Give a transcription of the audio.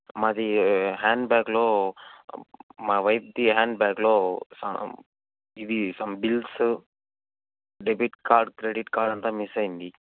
మాది హ్యాండ్ బాగ్లో మా వైఫ్ది హ్యాండ్ బాగ్లో సా ఇవి some bills debit card credit card అంతా మిస్ అయ్యింది